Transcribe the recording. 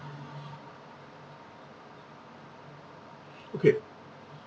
okay